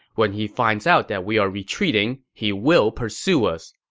when he finds out that we are retreating, he will pursue us.